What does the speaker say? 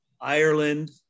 Ireland